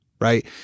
right